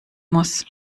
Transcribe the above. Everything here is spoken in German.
muss